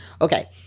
Okay